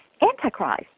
Antichrist